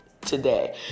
today